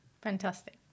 Fantastic